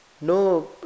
No